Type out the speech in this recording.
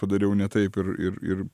padariau ne taip ir ir ir